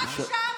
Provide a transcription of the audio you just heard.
מה נשאר?